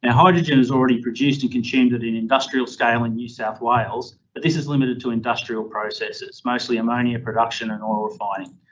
and hydrogen is already produced and consumed in industrial scale in new south wales, but this is limited to industrial processes, mostly ammonia production and oil refining.